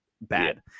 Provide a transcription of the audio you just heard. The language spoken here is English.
bad